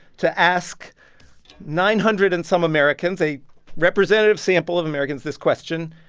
to ask nine hundred and some americans a representative sample of americans this question.